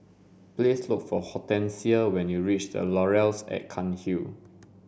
please look for Hortensia when you reach the Laurels at Cairnhill